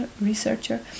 researcher